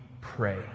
pray